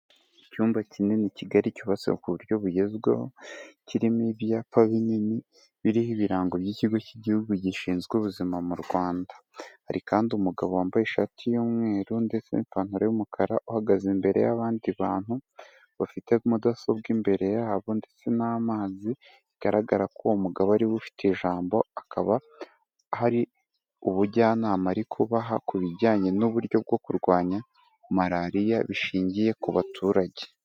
Icyumba kinini kigali cyubatswe ku buryo bugezweho, kirimo ibyapa binini biriho ibirango by'ikigo cy'Igihugu gishinzwe ubuzima mu Rwanda, hari kandi umugabo wambaye ishati y'umweru ndetse n'ipantaro y'umuumukara, uhagaze imbere y'abandi bantu bafite mudasobwa imbere yabo ndetse n'amazi, bigaragara ko uwo mugabo ari we ufite ijambo, akaba hari ubujyanama ari kubaha ku bijyanye n'uburyo bwo kurwanya malariya bishingiye ku baturage.